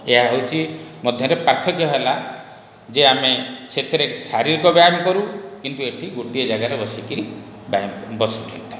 ଏହା ହେଉଛି ମଧ୍ୟରେ ପାର୍ଥକ୍ୟ ହେଲା ଯେ ଆମେ ସେଥିରେ ଶାରୀରିକ ବ୍ୟାୟାମ କରୁ କିନ୍ତୁ ଏଠି ଗୋଟିଏ ଯାଗାରେ ବସିକିରି ବସିକି ରହିଥାଉ